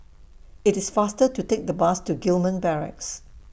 IT IS faster to Take The Bus to Gillman Barracks